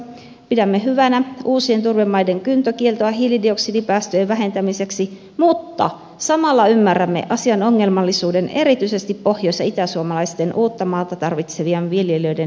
pidämme hyvänä uusien turvemaiden kyntökieltoa hiilidioksidipäästöjen vähentämiseksi mutta samalla ymmärrämme asian ongelmallisuuden erityisesti pohjois ja itäsuomalaisten uutta maata tarvitsevien viljelijöiden näkökulmasta